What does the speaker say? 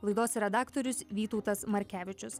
laidos redaktorius vytautas markevičius